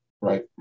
Right